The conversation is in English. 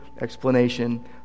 explanation